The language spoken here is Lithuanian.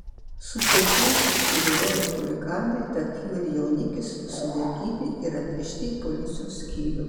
su teisėju susidoroję chuliganai tarp jų ir jaunikis sulaikyti ir atvežti į policijos skyrių